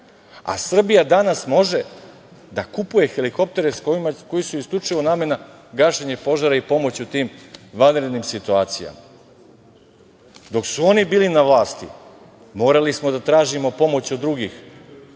a Srbija danas može da kupuje helikoptere koji su isključivo namenjeni za gašenje požara i pomoć u tim vanrednim situacijama. Dok su oni bili na vlasti morali smo da tražimo pomoć od drugih